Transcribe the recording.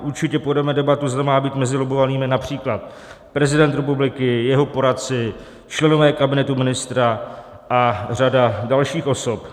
Určitě povedeme debatu, zda má být mezi lobbovanými například prezident republiky, jeho poradci, členové kabinetu ministra a řada dalších osob.